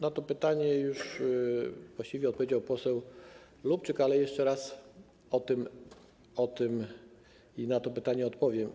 Na to pytanie już właściwie odpowiedział poseł Lubczyk, ale jeszcze raz i na to pytanie odpowiem.